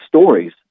stories